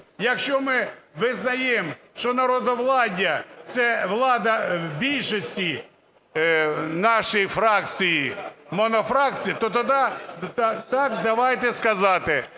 Якщо ми визнаємо, що народовладдя – це влада більшості нашої фракції, монофракції, то тоді давайте скажемо,